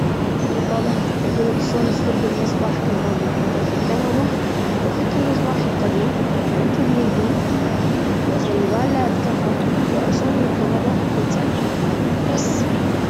إي طبعًا أجول لك شلون نستبدل مصباح كهربي. أطفي الكهرباء وأفك المصباح القديم. أركب الجديد وأخلي بالي لا أتكهرب وأشغل الكهرباء للتأكد. بس.